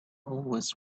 always